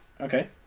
Okay